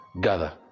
gather